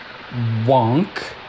Wonk